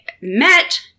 met